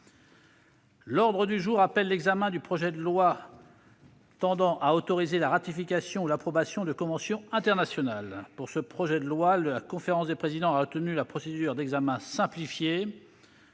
L'ordre du jour appelle l'examen d'un projet de loi tendant à autoriser la ratification ou l'approbation de conventions internationales. Pour ce projet de loi, la conférence des présidents a retenu la procédure d'examen simplifié.